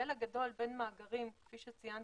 כפי שציינת,